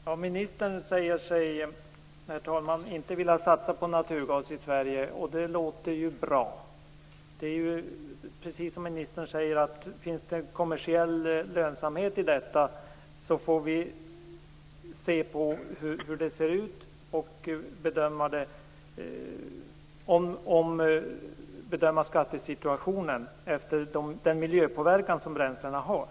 Herr talman! Ministern säger sig inte vilja satsa på naturgas i Sverige, och det låter ju bra. Det är ju, precis som ministern säger, så att om det finns en finansiell lönsamhet i detta så får vi bedöma skattesituationen efter den miljöpåverkan som bränslena har.